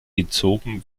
gezogen